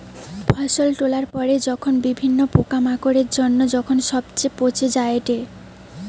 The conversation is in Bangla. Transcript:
ফসল তোলার পরে যখন বিভিন্ন পোকামাকড়ের জন্য যখন সবচে পচে যায়েটে